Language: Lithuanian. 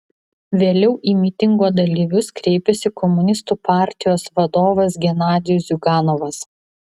vėliau į mitingo dalyvius kreipėsi komunistų partijos vadovas genadijus ziuganovas